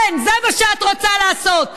כן, זה מה שאת רוצה לעשות.